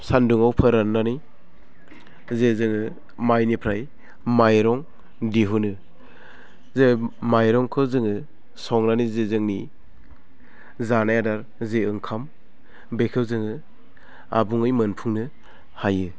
सान्दुङाव फोराननानै जे जोङो माइनिफ्राइ माइरं दिहुनो जे माइरंखौ जोङो संनानै जि जोंनि जानाय आदार जि ओंखाम बेखौ जोङो आबुङै मोनफुंनो हायो